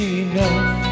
enough